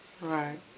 Right